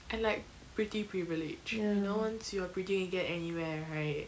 and like pretty privilege you know once you're pretty you can get anywhere right